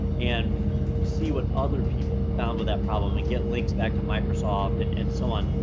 and see what other people found with that problem, and get links back to microsoft, and and so on.